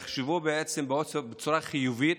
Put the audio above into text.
יחשבו בצורה חיובית